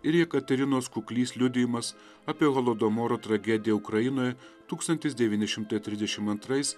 ir jekaterinos kuklys liudijimas apie holodomoro tragediją ukrainoj tūkstantis devyni šimtai trisdešim antrais